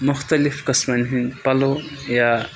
مُختلِف قٕسمَن ہِنٛدۍ پَلو یا